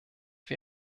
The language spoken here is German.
wir